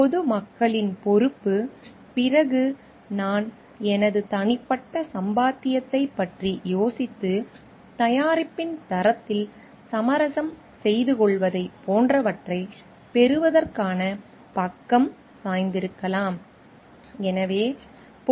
பொது மக்களின் பொறுப்பு பிறகு நான் எனது தனிப்பட்ட சம்பாத்தியத்தைப் பற்றி யோசித்து தயாரிப்பின் தரத்தில் சமரசம் செய்துகொள்வதைப் போன்றவற்றைப் பெறுவதற்கான பக்கம் சாய்ந்திருக்கலாம்